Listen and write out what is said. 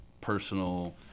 personal